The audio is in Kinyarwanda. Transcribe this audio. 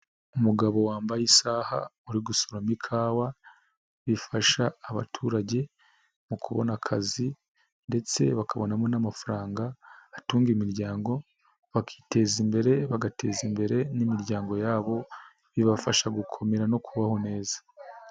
Umugabo wambaye isaha uri gusuroma ikawa, bifasha abaturage mu kubona akazi ndetse bakabonamo n'amafaranga atunga imiryango, bakiteza imbere bagateza imbere n'imiryango yabo, bibafasha gukukomera no kubaho neza.